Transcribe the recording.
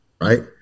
right